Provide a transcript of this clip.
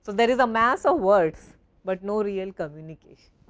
there is a mass of words but, no real communication.